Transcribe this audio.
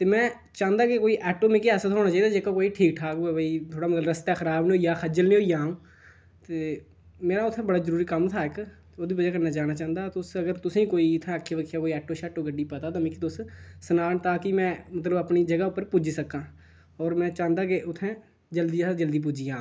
तें में चांह्दा हा कि कोई आटो मिगी ऐसा थ्होना चाहिदा जेह्का कोई ठीक ठाक होऐ भाई थोह्ड़ा मतलब रस्ते च खराब निं होई जा खज्जल निं होई जां अ'ऊं ते में उत्थै बड़ा जरूरी कम्म हा इक ओह्दी वजह् कन्नै जाना चांह्दा हा तुस अगर तु'सें ई कोई इत्थै अक्खिया बक्खिया कोई आटो शाटो गड्डी पता तां मिगी तुस सनाओ तां जे में उद्धर अपनी जगह् उप्पर पुज्जी सकां और में चाह्न्ना कि उत्थै जल्दी शा जल्दी पुज्जी जां अ'ऊं